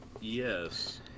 Yes